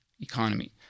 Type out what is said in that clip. economy